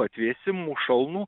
atvėsimų šalnų